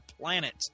planet